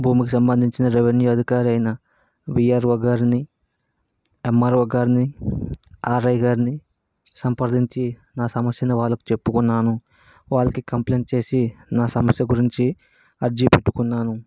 భూమికి సంబంధించిన రెవెన్యూ అధికారైన వీఆర్ఓ గారిని ఎమ్ఆర్ఓ గారిని ఆర్ఐ గారిని సంప్రదించి నా సమస్యను వాళ్ళకు చెప్పుకున్నాను వాళ్ళకి కంప్లైంట్ చేసి నా సమస్య గురించి అర్జీ పెట్టుకున్నాను